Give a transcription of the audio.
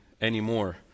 anymore